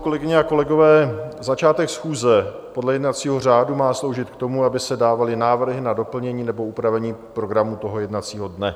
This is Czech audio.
Kolegyně a kolegové, začátek schůze má podle jednacího řádu sloužit k tomu, aby se dávaly návrhy na doplnění nebo upravení programu jednacího dne.